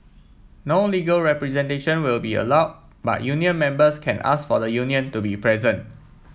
no legal representation will be allowed but union members can ask for the union to be present